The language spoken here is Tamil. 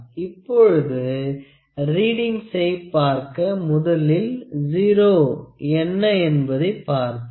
இப்பொழுது ரீடிங்க்ஸை பார்க்க முதலில் 0 என்ன என்பதைப் பார்ப்போம்